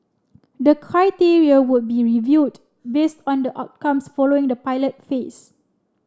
the criteria would be reviewed based on the outcomes following the pilot phase